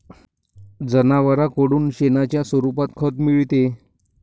जनावरांकडून शेणाच्या स्वरूपात खत मिळते